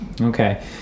Okay